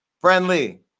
friendly